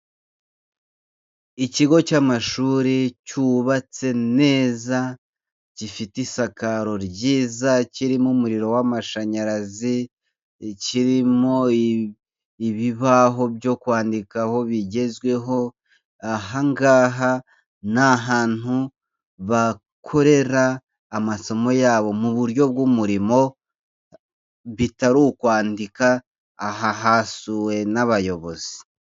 Ikigo cy'amashuri cyubatse neza, gifite isakaro ryiza, kirimo umuriro w'amashanyarazi, kirimo ibibaho byo kwandikaho bigezweho, ahangaha ni ahantu bakorera amasomo yabo mu buryo bw'umurimo bitari ukwandika, aha hasuwe n'abayobozi.